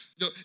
no